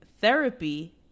Therapy